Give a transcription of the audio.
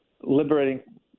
liberating